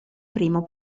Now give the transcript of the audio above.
primo